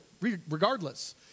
regardless